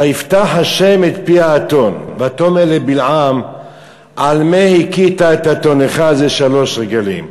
ויפתח ה' את פי האתון ותאמר לבלעם על מה הכית את אתונך זה שלוש רגלים.